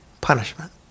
punishment